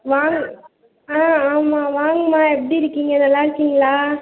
வாங்க ஆ ஆமாம் வாங்கம்மா எப்படிருக்கீங்க நல்லாருக்கீங்களா